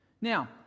Now